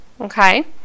Okay